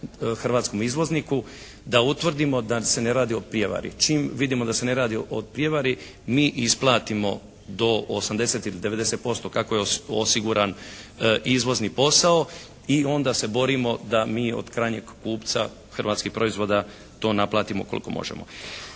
hrvatskom izvozniku, da utvrdimo da se ne radi o prijevari. Čim vidimo da se ne radi o prijevari mi isplatimo do 80 ili 90% kako je osiguran izvozni posao. I onda se borimo da mi od krajnjeg kupca hrvatskih proizvoda to naplatimo koliko možemo.